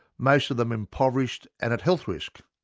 most of them impoverished and at health risk,